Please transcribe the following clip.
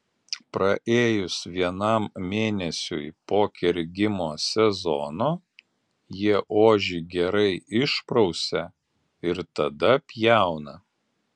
praėjus vienam mėnesiui po kergimo sezono jie ožį gerai išprausia ir tada pjauna